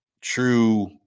true